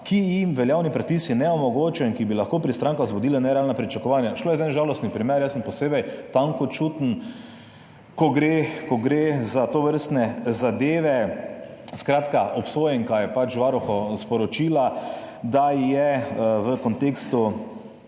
jim jih veljavni predpisi ne omogočajo in ki bi lahko pri strankah vzbudila nerealna pričakovanja. Šlo je za en žalosten primer. Jaz sem posebej tankočuten, ko gre za tovrstne zadeve. Skratka obsojenka je pač Varuhu sporočila, da je v kontekstu